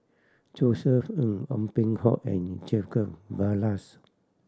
Josef Ng Ong Peng Hock and Jacob Ballas